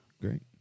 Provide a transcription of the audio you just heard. great